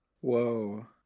Whoa